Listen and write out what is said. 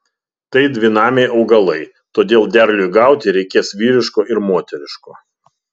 tai dvinamiai augalai todėl derliui gauti reikės vyriško ir moteriško